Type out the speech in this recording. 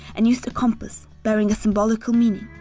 and used a compas, bearing a symbolical meaning.